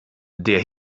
der